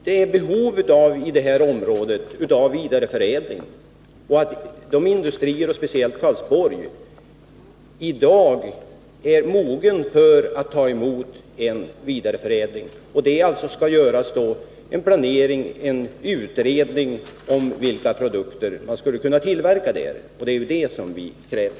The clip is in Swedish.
Det finns i det här området behov av vidareförädling. Industrierna, och då speciellt Karlsborg, är i dag mogna att ta emot en vidareförädling. Det bör då göras en utredning om vilka produkter man skulle kunna tillverka där. Det är ju det som vi kräver.